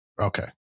okay